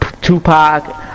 Tupac